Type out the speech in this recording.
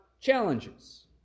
challenges